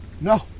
No